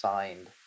Signed